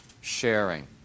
sharing